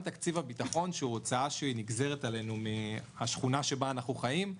תקציב הביטחון שהוא הוצאה שנגזרת עלינו מהשכונה שבה אנחנו חיים,